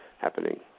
happening